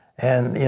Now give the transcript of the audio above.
and you know,